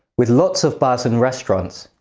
with lots of bars and restaurants.